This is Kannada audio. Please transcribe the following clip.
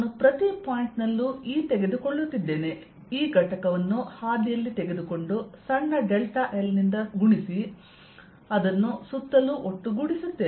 ನಾನು ಪ್ರತಿ ಪಾಯಿಂಟ್ ನಲ್ಲೂ E ತೆಗೆದುಕೊಳ್ಳುತ್ತಿದ್ದೇನೆ ಈ ಘಟಕವನ್ನು ಹಾದಿಯಲ್ಲಿ ತೆಗೆದುಕೊಂಡು ಸಣ್ಣ ಡೆಲ್ಟಾ l ನಿಂದ ಗುಣಿಸಿ ಅದನ್ನು ಸುತ್ತಲೂ ಒಟ್ಟುಗೂಡಿಸುತ್ತೇನೆ